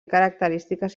característiques